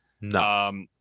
No